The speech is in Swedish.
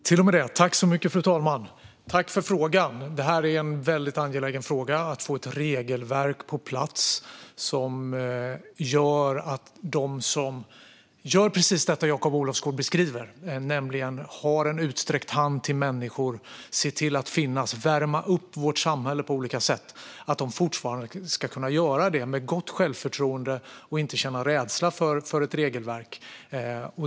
Fru talman! Jag tackar för frågan! Det är en angelägen fråga att få ett regelverk på plats som möjliggör precis det som Jakob Olofsgård beskriver, nämligen att de som sträcker ut en hand till människor, som finns där och som värmer upp vårt samhälle på olika sätt ska kunna fortsätta att göra detta med gott självförtroende och inte känna rädsla för ett regelverk.